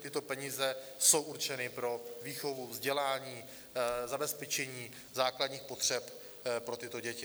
Tyto peníze jsou určeny pro výchovu, vzdělání, zabezpečení základních potřeb pro tyto děti.